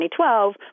2012